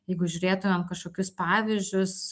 jeigu žiūrėtumėm kažkokius pavyzdžius